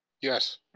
Yes